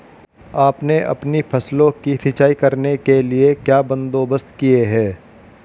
आपने अपनी फसलों की सिंचाई करने के लिए क्या बंदोबस्त किए है